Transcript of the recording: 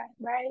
Right